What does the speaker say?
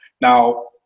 Now